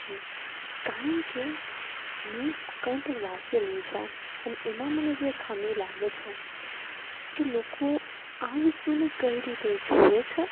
જે કારણ કે મેં કંઈ પણ વાંચેલું છે અને એમાં મને જે ખામી લાગે છે કે લોકો આ વસ્તુને કઈ રીતે જોવે છે